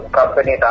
company